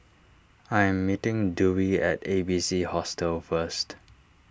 I am meeting Dewey at A B C Hostel first